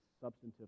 substantive